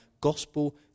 gospel